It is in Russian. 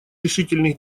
решительных